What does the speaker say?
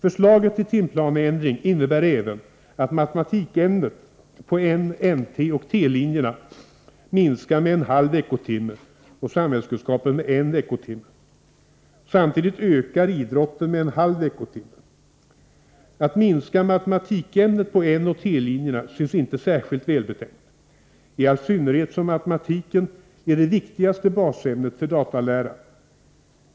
Förslaget till timplaneändring innebär även att matematikämnet på N-, NT och T-linjerna minskar med en halv veckotimme och samhällskunskapen med en veckotimme. Samtidigt ökar idrotten med en halv veckotimme. Att minska matematikämnet på N och T-linjerna synes inte vara särskilt välbetänkt, i all synnerhet som matematiken är det viktigaste basämnet för datalära.